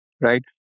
right